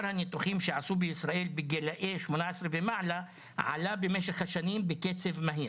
הניתוחים שעשו בישראל בגילאי 18 ומעלה עלה במשך השנים בקצב מהיר,